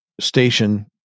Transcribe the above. station